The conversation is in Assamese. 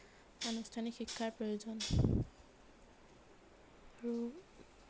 আনুষ্ঠানিক শিক্ষাৰ প্ৰয়োজন আৰু